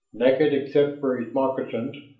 naked except for his moccasins,